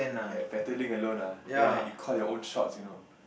ya better drink alone nah then you call your own shots you know